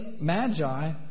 magi